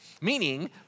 meaning